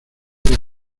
eres